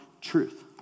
truth